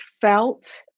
felt